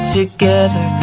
together